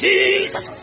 Jesus